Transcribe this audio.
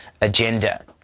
agenda